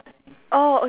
oh